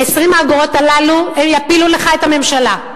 20 האגורות הללו יפילו לך את הממשלה.